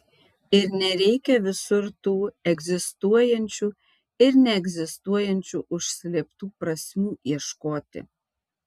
ir nereikia visur tų egzistuojančių ir neegzistuojančių užslėptų prasmių ieškoti